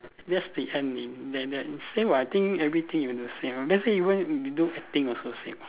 that's the end already then then same [what] I think everything you do same ah let's say you want do acting also same